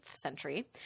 century